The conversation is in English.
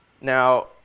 Now